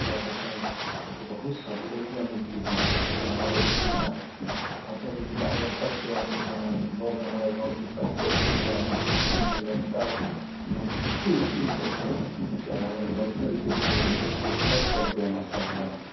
کیا بتائیں ہم کو بہت سہولتیں ملتی ہیں اور ہمارے جب ضلع اپنے جب ضلع میں بس سے آتے ہیں جب لوگ ہمارے گاؤں کی بس دیکھتی ہیں تو ماشاء اللہ تک خوشی محسوس کرتے ہیں یار ہمارے لوکل دیش میں بھی ایک بس چلتے ہیں ماشاء اللہ